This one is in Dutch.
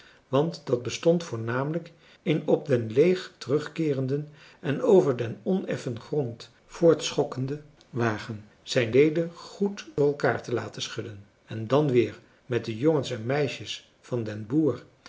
want dat bestond voornamelijk in op den leeg terugkeerenden en over den oneffen grond voortschokkenden wagen zijn leden goed door elkaar te laten schudden en dan weer met de jongens en meisjes van den boer